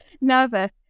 nervous